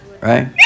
Right